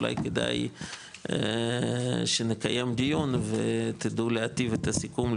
אולי כדאי שנקיים דיון ותדעו להטיב עם הסיכום,